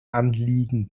anliegen